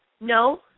No